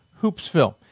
hoopsville